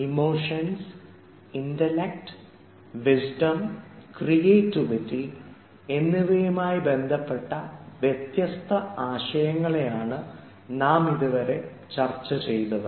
emotions intellect wisdom creativity എന്നിവയുമായി ബന്ധപ്പെട്ട വ്യത്യസ്ത ആശയങ്ങളാണ് നാം ഇതുവരെ ചർച്ച ചെയ്തത്